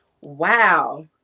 Wow